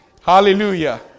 Hallelujah